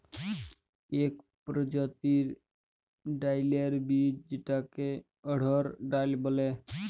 ইক পরজাতির ডাইলের বীজ যেটাকে অড়হর ডাল ব্যলে